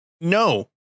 No